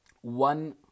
one